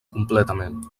completament